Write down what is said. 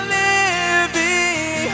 living